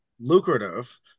lucrative